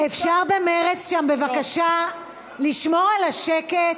אפשר במרצ שם בבקשה לשמור על השקט?